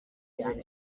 gihe